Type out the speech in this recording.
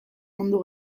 mundu